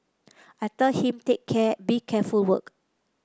I tell him take care be careful work